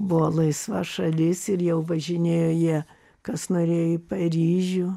buvo laisva šalis ir jau važinėjo jie kas norėjo į paryžių